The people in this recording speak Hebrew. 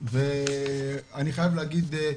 ואני חייב להגיד,